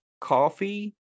coffee